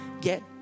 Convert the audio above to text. get